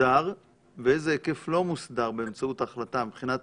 מוסדר ואיזה היקף לא מוסדר באמצעות ההחלטה מבחינת